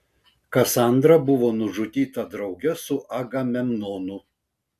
kasandra buvo nužudyta drauge su agamemnonu